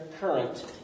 current